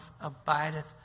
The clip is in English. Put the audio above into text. abideth